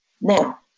now